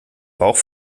bauch